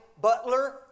butler